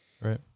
Right